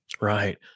Right